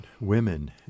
women